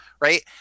right